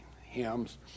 Hymns